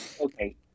Okay